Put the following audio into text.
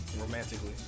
romantically